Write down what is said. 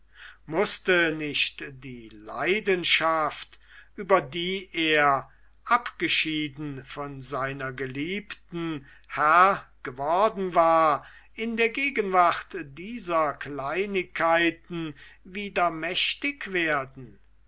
mußte nicht die leidenschaft über die er abgeschieden von seiner geliebten herr geworden war in der gegenwart dieser kleinigkeiten wieder mächtig werden